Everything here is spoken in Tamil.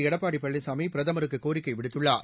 எடப்பாடி பழனிசாமி பிரதமருக்கு கோரிக்கை விடுத்துள்ளார்